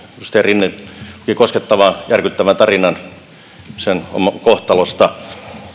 edustaja rinne kertoi koskettavan järkyttävän tarinan eräästä kohtalosta